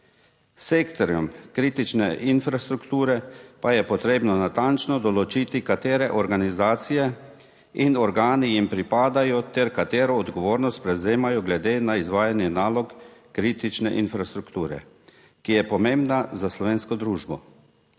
Sektorjem kritične infrastrukture pa je potrebno natančno določiti katere organizacije in organi jim pripadajo ter katero odgovornost prevzemajo glede na izvajanje nalog kritične infrastrukture, ki je pomembna za slovensko družbo.